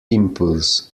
impulse